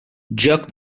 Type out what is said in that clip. jerk